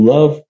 Love